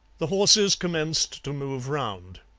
the horses commenced to move round,